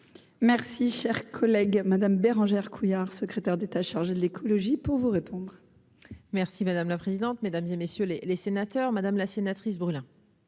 Merci, cher collègue Madame Bérangère Couillard, secrétaire d'État chargée de l'écologie pour vous répondre. Merci madame la présidente, mesdames et messieurs les sénateurs, madame la sénatrice brûle,